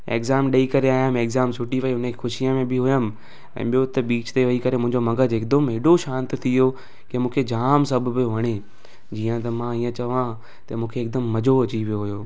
exam ॾेई करे आयुमि एग्ज़ाम सुठी वई हुन ई ख़ुशीअ में बि हुउमि ऐं ॿियो हुते बीच ते विही करे मुंहिंजो मग़ज़ु हिकदमि हेॾो शांति थी वियो की मूंखे जाम सभु पियो वणे जीअं त मां ईअं चवां त मूंखे हिकदमि मज़ो अची वियो हुओ